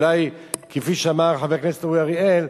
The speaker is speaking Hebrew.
אולי כפי שאמר חבר הכנסת אורי אריאל,